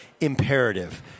imperative